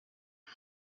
the